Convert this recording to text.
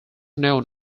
known